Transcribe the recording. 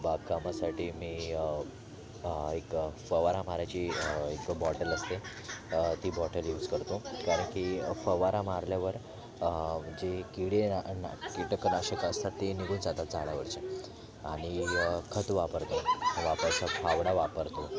बाग कामासाठी मी एक फवारा मारायची एक बॉटल असते ती बॉटल युज करतो कारण की फवारा मारल्यावर म्हणजे किडे न कीटकनाशकं असतात ते निघून जातात झाडावरचे आणि खत वापरतो वापरतात फावडा वापरतो